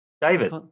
David